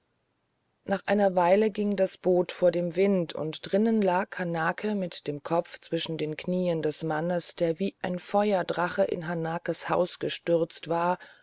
nach einer weile ging das boot vor dem wind und drinnen lag hanake mit dem kopf zwischen den knien des mannes der wie ein feuerdrache in hanakes haus gestürzt war